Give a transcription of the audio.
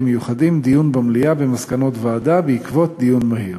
מיוחדים דיון במליאה במסקנות ועדה בעקבות דיון מהיר.